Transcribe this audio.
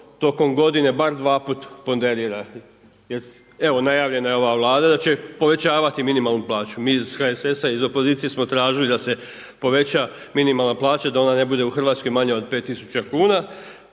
tokom godine bar dva puta ponderira. Jer evo, najavljena je ova Vlada da će povećavati minimalnu plaću. Mi iz HSS-a, iz opozicije smo tražili da se poveća minimalna plaća i da ona ne bude u Hrvatskoj manja od 5 tisuća